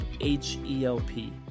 H-E-L-P